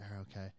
okay